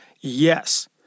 yes